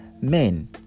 men